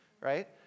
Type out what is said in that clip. right